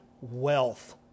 wealth